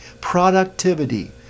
productivity